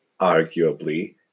arguably